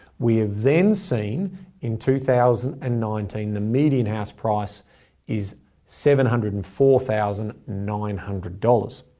we have then seen in two thousand and nineteen, the median house price is seven hundred and four thousand nine hundred dollars.